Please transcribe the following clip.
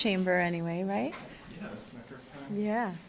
chamber anyway right ye